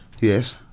Yes